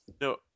No